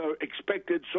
expected